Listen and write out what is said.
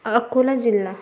अकोला जिल्हा